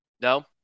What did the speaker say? No